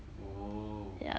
oh